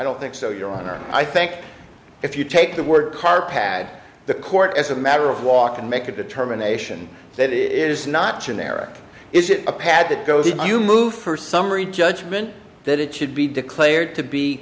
don't think so your honor i think if you take the word car pad the court as a matter of walk and make a determination it is not generic is it a pad that goes if you move for summary judgment that it should be declared to be